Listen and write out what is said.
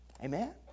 Amen